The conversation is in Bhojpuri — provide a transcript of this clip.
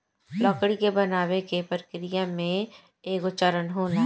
लकड़ी के बनावे के प्रक्रिया में एगो चरण होला